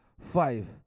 five